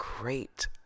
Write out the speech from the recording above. great